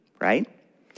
right